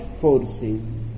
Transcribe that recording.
forcing